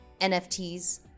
NFTs